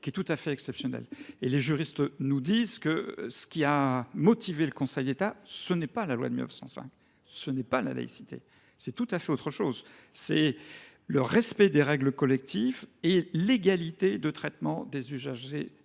qui est tout à fait exceptionnelle. Les juristes nous expliquent que ce qui a motivé le Conseil d’État, ce n’est pas la loi de 1905, ce n’est pas la laïcité, c’est tout à fait autre chose : le respect des règles collectives et l’égalité de traitement des usagers du service